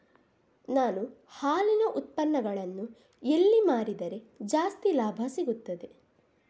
ನಾನು ಹಾಲಿನ ಉತ್ಪನ್ನಗಳನ್ನು ಎಲ್ಲಿ ಮಾರಿದರೆ ಜಾಸ್ತಿ ಲಾಭ ಸಿಗುತ್ತದೆ?